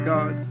God